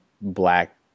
black